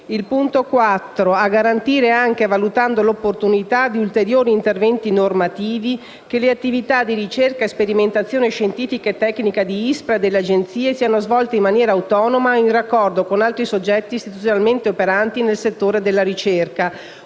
competenti; a garantire, anche valutando l'opportunità di ulteriori interventi normativi, che le attività di ricerca e sperimentazione scientifica e tecnica di ISPRA e delle agenzie siano svolte in maniera autonoma o in raccordo con altri soggetti istituzionalmente operanti nel settore della ricerca,